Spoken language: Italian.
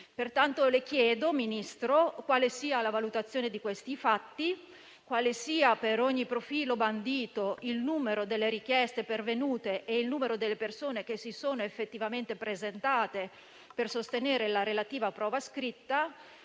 Pertanto le chiedo, signor Ministro, quale sia la valutazione di questi fatti; quale sia, per ogni profilo bandito, il numero delle richieste pervenute e il numero delle persone che si sono effettivamente presentate per sostenere la relativa prova scritta;